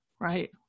right